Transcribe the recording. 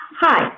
Hi